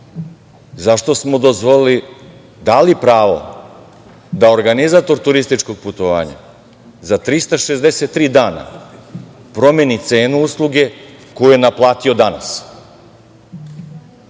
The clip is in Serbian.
zašto smo dozvolili, dali pravo da organizator turističkog putovanja za 363 dana promeni cenu usluge koju je naplatio danas?